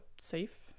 safe